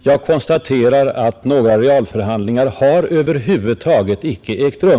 Jag konstaterar åter, att några realförhandlingar över huvud taget inte har ägt rum.